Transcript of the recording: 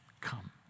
Come